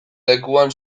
lekuan